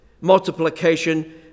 multiplication